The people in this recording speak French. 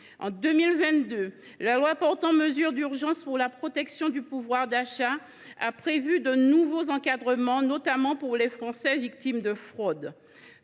En 2022, la loi portant mesures d’urgence pour la protection du pouvoir d’achat a instauré de nouveaux encadrements, notamment pour les Français victimes de fraudes.